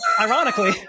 ironically